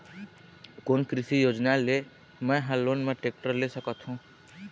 कोन कृषि योजना ले मैं हा लोन मा टेक्टर ले सकथों?